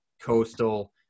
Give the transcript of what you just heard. coastal